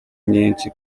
nyinshi